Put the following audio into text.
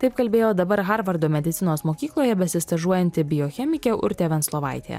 taip kalbėjo dabar harvardo medicinos mokykloje besistažuojanti biochemikė urtė venclovaitė